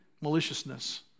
maliciousness